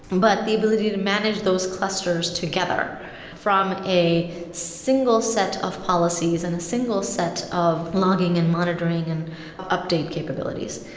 but the ability to manage those clusters together from a single set of policies and a single set of logging and monitoring and update capabilities.